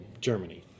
Germany